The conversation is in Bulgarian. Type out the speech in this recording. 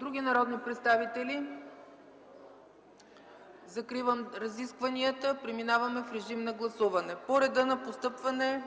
Други народни представители? Закривам разискванията. Преминаваме към гласуване по реда на постъпване